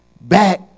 Back